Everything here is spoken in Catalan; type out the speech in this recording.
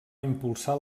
impulsar